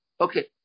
Okay